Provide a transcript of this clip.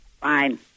Fine